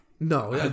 No